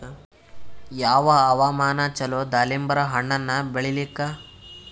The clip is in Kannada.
ಯಾವ ಹವಾಮಾನ ಚಲೋ ದಾಲಿಂಬರ ಹಣ್ಣನ್ನ ಬೆಳಿಲಿಕ?